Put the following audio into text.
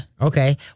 Okay